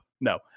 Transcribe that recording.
no